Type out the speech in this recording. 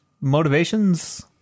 motivations